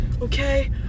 okay